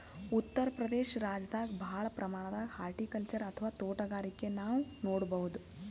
ಉತ್ತರ್ ಪ್ರದೇಶ ರಾಜ್ಯದಾಗ್ ಭಾಳ್ ಪ್ರಮಾಣದಾಗ್ ಹಾರ್ಟಿಕಲ್ಚರ್ ಅಥವಾ ತೋಟಗಾರಿಕೆ ನಾವ್ ನೋಡ್ಬಹುದ್